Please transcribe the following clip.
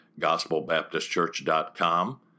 gospelbaptistchurch.com